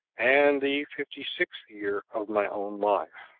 and the fifty-sixth year of my own life.